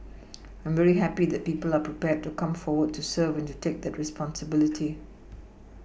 I am very happy that people are prepared to come forward to serve and to take that responsibility